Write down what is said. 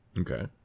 Okay